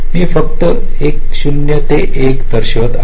मी फक्त 1 0 ते 1 दर्शवित आहे